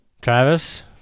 Travis